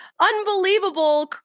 unbelievable